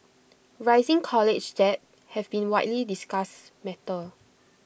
rising college debt has been A widely discussed matter